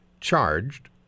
charged